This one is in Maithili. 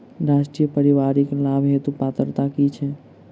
राष्ट्रीय परिवारिक लाभ हेतु पात्रता की छैक